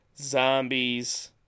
zombies